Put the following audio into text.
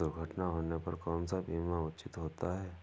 दुर्घटना होने पर कौन सा बीमा उचित होता है?